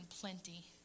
plenty